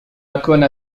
أكون